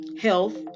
health